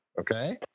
okay